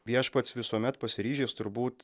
viešpats visuomet pasiryžęs turbūt